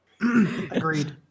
Agreed